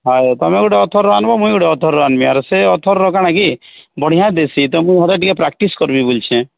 ଆଉ ତମେ ଗୁଟେ ଅଥରର ଆନବୋ ମୁଇଁ ଗୁଟେ ଅଥର ଆନବି ଆରୁ ସେ ଅଥରର କାଣା କି ବଢ଼ିଆ ଦେସି ତ ମୁଁ ଘରେ ଟିକେ ପ୍ରାକ୍ଟିସ୍ କରିବି ବୋଲଛେ